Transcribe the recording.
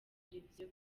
televiziyo